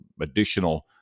additional